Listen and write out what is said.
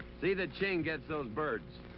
see that ching gets those birds.